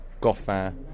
Goffin